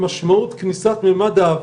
אנחנו נגיע למצב של מדינה הכי צפופה,